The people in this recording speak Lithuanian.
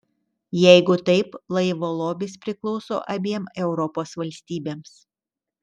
jeigu taip laivo lobis priklauso abiem europos valstybėms